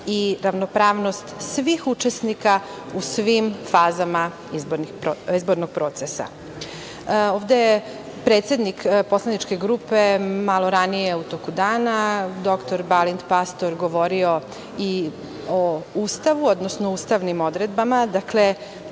i ravnopravnost svih učesnika u svim fazama izbornog procesa. Ovde je predsednik poslaničke grupe malo ranije u toku dana, dr Balint Pastor, govorio i o Ustavu, odnosno ustavnim odredbama. Dakle,